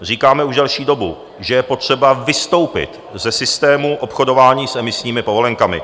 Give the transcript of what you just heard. Říkáme už delší dobu, že je potřeba vystoupit ze systému obchodování s emisními povolenkami.